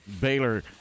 Baylor